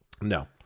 No